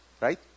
right